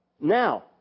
Now